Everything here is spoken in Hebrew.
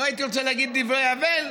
לא הייתי רוצה לומר דברי הבל,